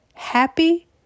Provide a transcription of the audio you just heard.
Happy